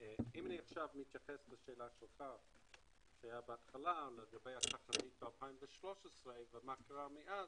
אם להתייחס לשאלה שלך בהתחלה לגבי התחזית של 2013 ומה קרה מאז.